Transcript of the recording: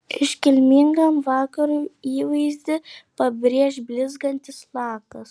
iškilmingam vakarui įvaizdį pabrėš blizgantis lakas